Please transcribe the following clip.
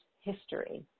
history